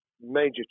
major